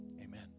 amen